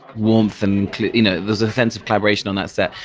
warmth. and you know there was a sense of collaboration on that set,